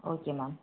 okay ma'am